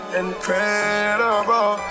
incredible